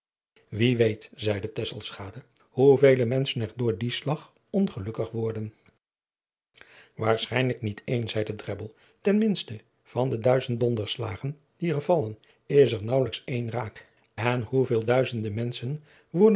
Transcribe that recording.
wie weet zeide tesselschade hoevele menschen er door dien slag ongelukkig worden waarschijnlijk niet één zeide drebbel ten minste van de duizend donderslagen die er vallen is er naauwelijks één raak en hoeveel duizende menschen